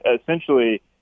essentially